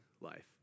life